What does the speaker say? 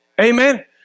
Amen